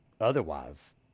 otherwise